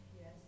Yes